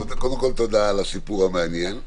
קודם כל, תודה על הסיפור המעניין.